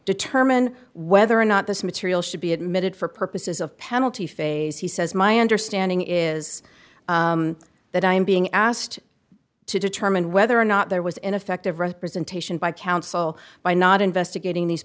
determine whether or not this material should be admitted for purposes of penalty phase he says my understanding is that i am being asked to determine whether or not there was ineffective representation by counsel by not investigating these